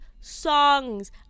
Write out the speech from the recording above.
songs